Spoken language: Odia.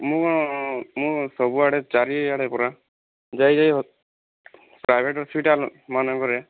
ମୁଁ ମୁଁ ସବୁଆଡ଼େ ଚାରିଆଡ଼େ ପରା ଯାଇ ଯାଇ ପ୍ରାଇଭେଟ ହସ୍ପିଟାଲ ମାନଙ୍କରେ